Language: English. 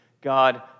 God